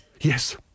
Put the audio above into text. Yes